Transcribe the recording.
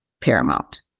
paramount